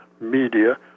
media